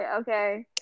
okay